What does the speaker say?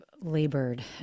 labored